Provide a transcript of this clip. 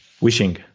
wishing